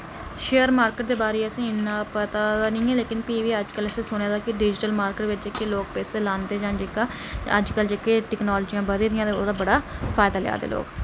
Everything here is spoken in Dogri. शेयर मार्किट दे बारे असें इन्ना पता ते नेईं ऐ लेकिन फ्ही बी अजकल असें सुने दा कि डिजिटल मार्किट विच जेह्के लोक पैसे लांदे यां जेह्का अजकल जेह्के टेक्नोलाजियां बधे दि'यां ते ओह्दे बड़ा फायदा लिया दे लोक